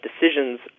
decisions